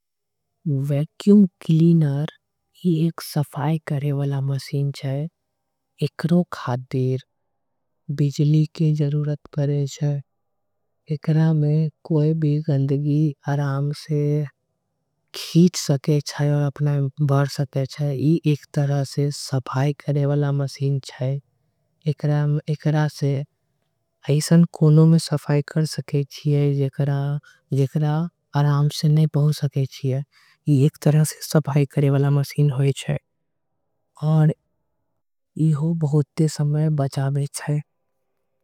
Vacuum cleaner सफाई करे वाला मशीन छे। एकरो खातिर बिजली के जरूरत परे छे। एकरा में कोई भी गंदगी आसानी से खींचे। जा सकते ई एक तरह से सफाई करे। वाला मशीन छे एकरा से अईसन कोनो। गंदगी साफ करे जा सके छे एक। तरह से सफाई करे वाला मशीन छे।